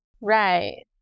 Right